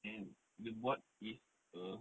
and dia buat is a